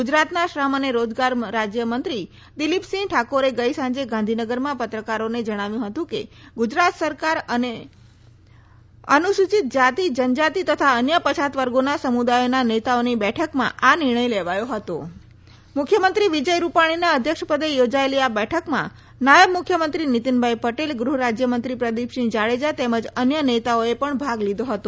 ગુજરાતના શ્રમ અને રોજગાર રાજ્યમંત્રી દિલીપસિંહ ઠાકોરે ગઇ સાંજે ગાંધીનગરમાં પત્રકારોને જણાવ્યું હતું કે ગુજરાત સરકાર અને અનુસૂચિત જાતિ જનજાતિ તથા અન્ય પછાત વર્ગોના સમુદાયોના નેતાઓની બેઠકમાં આ નિર્ણય લેવાયો હતો મુખ્યમંત્રી વિજય રૂપાણીના અધ્યક્ષ પદે યોજાયેલી આ બેઠકમાં નાયબ મુખ્યમંત્રી નીતીન પટેલ ગૃહરાજ્યમંત્રી પ્રદિપસિંહ જાડેજા તેમજ અન્ય નેતાઓએ પણ ભાગ લીધો હતો